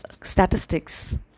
statistics